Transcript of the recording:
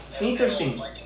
Interesting